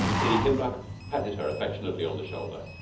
lady kimbuck patted her affectionately on the shoulder.